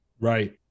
Right